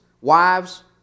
wives